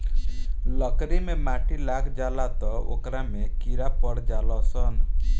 लकड़ी मे माटी लाग जाला त ओकरा में कीड़ा पड़ जाल सन